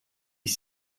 ich